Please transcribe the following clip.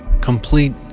Complete